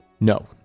No